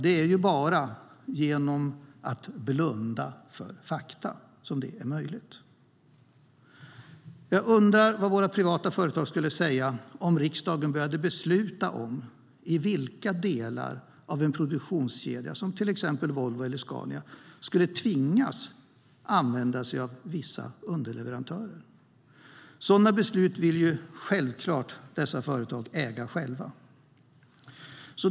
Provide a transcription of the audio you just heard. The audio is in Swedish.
Det är bara möjligt genom att blunda för fakta. Jag undrar vad våra privata företag skulle säga om riksdagen började besluta om i vilka delar av en produktionskedja som till exempel Volvo eller Scania skulle tvingas använda underleverantörer. Sådana beslut vill företagen självklart äga själva.